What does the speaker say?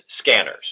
scanners